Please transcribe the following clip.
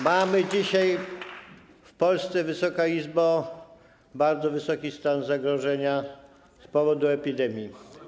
Mamy dzisiaj w Polsce, Wysoka Izbo, bardzo wysoki stan zagrożenia z powodu epidemii.